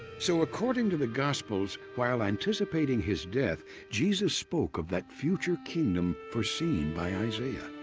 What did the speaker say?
so according to the gospels, while anticipating his death, jesus spoke of that future kingdom foreseen by isaiah.